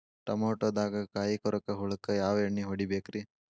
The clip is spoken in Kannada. ಟಮಾಟೊದಾಗ ಕಾಯಿಕೊರಕ ಹುಳಕ್ಕ ಯಾವ ಎಣ್ಣಿ ಹೊಡಿಬೇಕ್ರೇ?